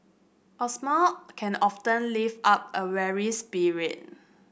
a smile can often lift up a weary spirit